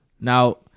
Now